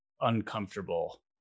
uncomfortable